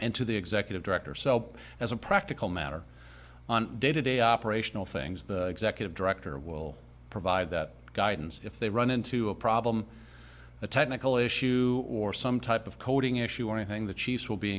and to the executive director so as a practical matter on day to day operational things the executive director will provide that guidance if they run into a problem a technical issue or some type of coding issue or anything the chiefs will be